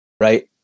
Right